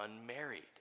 unmarried